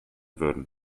würden